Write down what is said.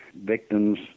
Victims